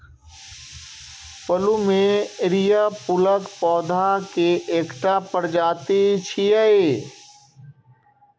plumeria फूलक पौधा के एकटा प्रजाति छियै